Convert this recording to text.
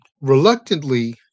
Reluctantly